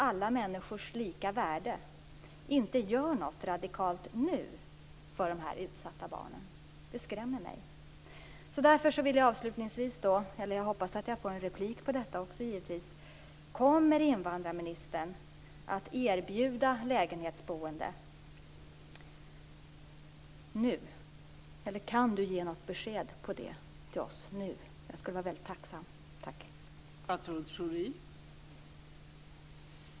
Begränsningen i barnens skolgång skall enligt kommittén endast utgå från barnets behov och inte det regelsystem som styr rätten till utbildning för asylsökande barn. Betänkandet har remissbehandlats.